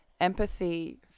empathy